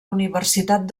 universitat